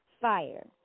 Fire